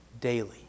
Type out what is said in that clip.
daily